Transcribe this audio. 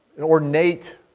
ornate